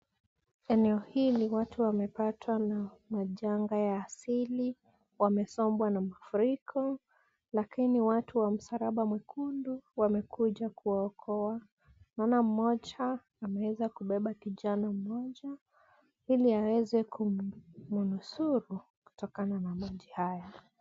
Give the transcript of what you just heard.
Eneo hili watu wamepatwa na majanga ya asili, wamesombwa na mafuriko, lakini watu wa msalaba mwekundu wamekuja kuwaokoa. Naona mmoja ameweza kubeba kijana mmoja, ili aweze kumnusuru kutokana na maji haya.